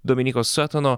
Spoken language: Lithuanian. dominyko satano